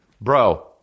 Bro